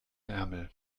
ärmel